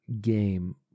game